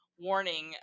warning